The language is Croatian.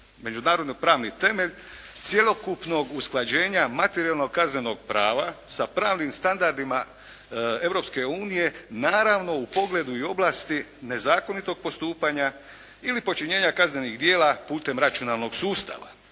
međunarodno pravni temelj cjelokupnog usklađenja materijalnog kaznenog prava sa pravnim standardima Europske unije naravno u pogledu i oblasti nezakonitog postupanja ili počinjenja kaznenih djela putem računalnog sustava